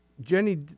jenny